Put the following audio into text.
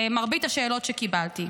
מרבית השאלות שקיבלתי: